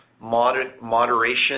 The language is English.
Moderation